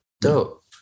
Dope